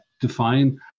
define